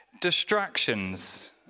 Distractions